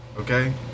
okay